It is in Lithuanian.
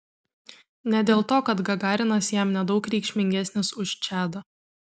ne dėl to kad gagarinas jam nedaug reikšmingesnis už čadą